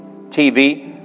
TV